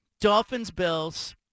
Dolphins-Bills